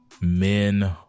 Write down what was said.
men